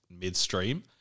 midstream